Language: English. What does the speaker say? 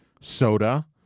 soda